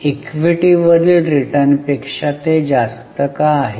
इक्विटीवरील रिटर्नपेक्षा ते जास्त का आहे